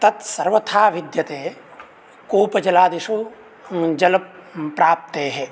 तत् सर्वथा विद्यते कूपजलादिषु जलप्राप्तेः